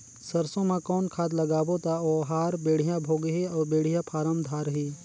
सरसो मा कौन खाद लगाबो ता ओहार बेडिया भोगही अउ बेडिया फारम धारही?